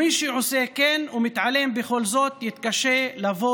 מי שעושה כן ומתעלם בכל זאת יתקשה לבוא